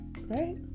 right